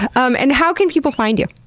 um and how can people find you?